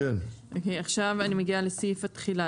עכשיו אני מגיעה לסעיף התחילה.